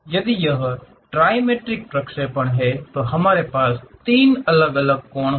यदि यह ट्राइमेट्रिक प्रक्षेपण है तो हमारे पास तीन अलग अलग कोण हैं